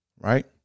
right